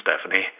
Stephanie